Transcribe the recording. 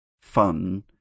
fun